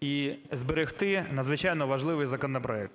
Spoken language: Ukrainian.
і зберегти надзвичайно важливий законопроект.